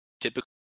typically